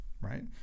right